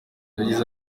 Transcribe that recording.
yagize